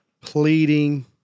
pleading